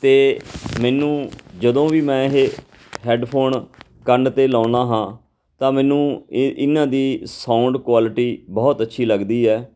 ਅਤੇ ਮੈਨੂੰ ਜਦੋਂ ਵੀ ਮੈਂ ਇਹ ਹੈਡਫੋਨ ਕੰਨ 'ਤੇ ਲਾਉਂਦਾ ਹਾਂ ਤਾਂ ਮੈਨੂੰ ਇਹ ਇਹਨਾਂ ਦੀ ਸਾਊਂਡ ਕੁਆਲਿਟੀ ਬਹੁਤ ਅੱਛੀ ਲੱਗਦੀ ਹੈ